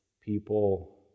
people